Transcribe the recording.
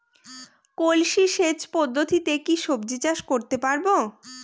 কলসি সেচ পদ্ধতিতে কি সবজি চাষ করতে পারব?